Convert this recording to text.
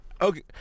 Okay